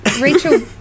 Rachel